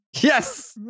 yes